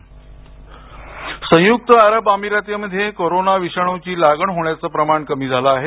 UAE corona संयुक्त अरब अमिरातीमध्ये कोरोना विषाणूची लागण होण्याचं प्रमाण कमी झालं आहे